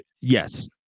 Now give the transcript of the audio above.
yes